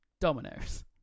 Dominoes